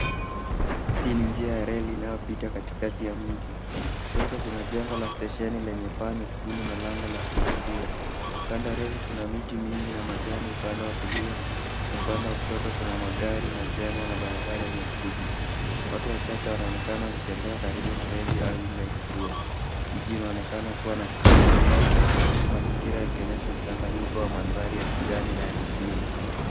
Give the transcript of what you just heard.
Hii ni njia ya reli inayopita katikati ya mji. Kushoto, kuna jengo la stesheni lenye paa nyekundu na lango la kuingilia. Kando ya reli kuna miti mingi na majani upande wa kulia na upande wa kushoto kuna magari, majengo na barabara yenye shughuli. Watu wachache wanaonekana wakitembea karibu na reli au nje ya kituo. Mji inaonekana kuwa na shughuli nyingi huku mazingira ikionyesha mchanganyiko wa mandhari ya kijani na ya mjini.